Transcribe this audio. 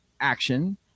action